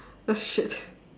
oh shit